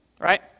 right